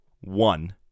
one